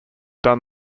done